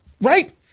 right